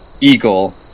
eagle